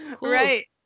right